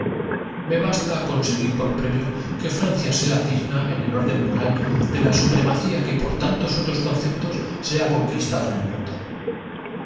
me basta conseguir por premio que francia sea digna en el orden moral de la supremacía que por tantos otros conceptos se ha conquistado en el mundo